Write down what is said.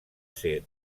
ser